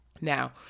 Now